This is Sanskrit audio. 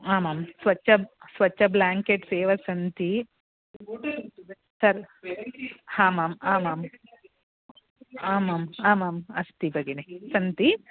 आमां स्वच्छं स्वच्छं ब्लाङ्केट्स् एव सन्ति सर् आमाम् आमाम् आमाम् आमाम् अस्ति भगिनि सन्ति